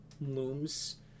looms